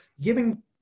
giving